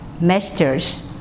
masters